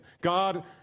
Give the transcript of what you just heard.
God